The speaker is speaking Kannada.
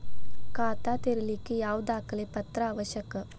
ಖಾತಾ ತೆರಿಲಿಕ್ಕೆ ಯಾವ ದಾಖಲೆ ಪತ್ರ ಅವಶ್ಯಕ?